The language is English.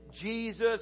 Jesus